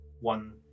One